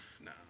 no